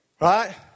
Right